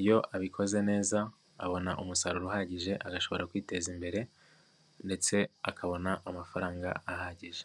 iyo abikoze neza abona umusaruro uhagije, agashobora kwiteza imbere ndetse akabona amafaranga ahagije.